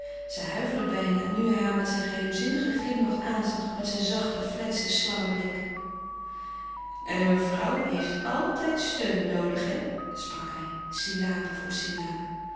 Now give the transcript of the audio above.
zij huiverde bijna nu hij haar met zijn geheimzinnigen glimlach aanzag met zijn zachten fletsen slangenblik en een vrouw heeft altijd steun noodig hé sprak hij syllabe